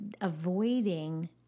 avoiding